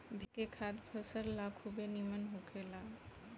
भेड़ के खाद फसल ला खुबे निमन होखेला